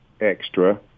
extra